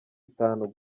itanu